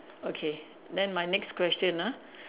okay then my next question ah